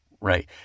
right